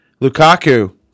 Lukaku